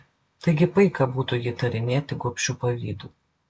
taigi paika būtų jį įtarinėti gobšiu pavydu